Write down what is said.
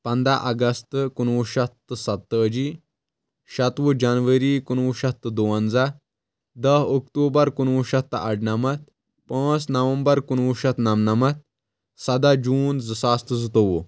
پنٛدہ اگستہٕ کُنوُہ شیتھ تہٕ ستہٕ تٲجی شٮ۪توُہ جنؤری کُنوُہ شیتھ تہٕ دُونزہ دٔہ اوٚکتومبر کُنوُہ شیتھ تہٕ ارٕ نمتھ پانژھ نومبر کُنوُہ شیتھ نمنمتھ سدہ جون زٕ ساس تہٕ زٕ تووُہ